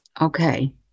Okay